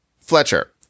Fletcher